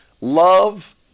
Love